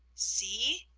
see!